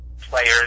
players